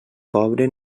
pobre